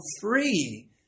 free